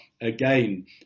again